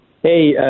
Hey